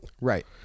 Right